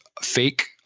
fake